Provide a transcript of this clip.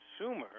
consumer